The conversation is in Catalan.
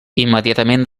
immediatament